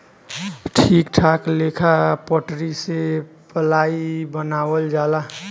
ठीक ठाक लेखा पटरी से पलाइ बनावल जाला